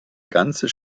ganzes